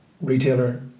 retailer